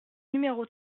numéro